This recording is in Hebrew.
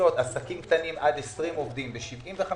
לפצות עסקים קטנים עד 20 עובדים ב-75%,